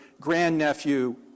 grandnephew